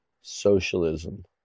socialism